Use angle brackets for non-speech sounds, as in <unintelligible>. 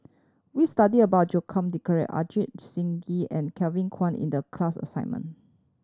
we studied about Joaquim <unintelligible> Ajit Singh Gill and Kevin Kwan In the class assignment